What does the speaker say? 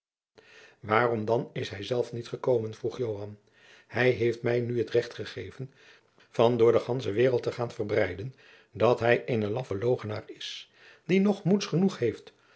waarom dan is hij zelf niet gekomen vroeg joan hij heeft mij nu het recht gegeven van door de gandsche waereld te gaan verbreiden dat hij een laffe logenaar is die noch moeds genoeg heeft